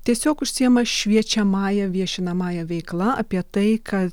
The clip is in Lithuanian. tiesiog užsiima šviečiamąja viešinamąja veikla apie tai ka